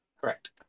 Correct